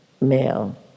male